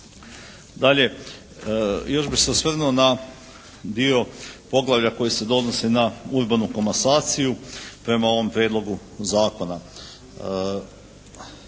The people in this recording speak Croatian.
Dalje, još bih se osvrnuo na dio poglavlja koji se odnosi na urbanu komasaciju prema ovom prijedlogu zakona.